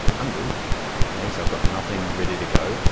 and okay? so i've got nothing ready to go.